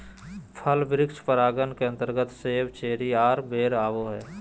फल वृक्ष परागण के अंतर्गत सेब, चेरी आर बेर आवो हय